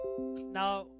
Now